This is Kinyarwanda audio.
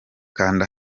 kanda